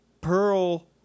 pearl